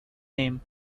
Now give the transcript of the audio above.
name